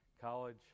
college